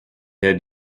had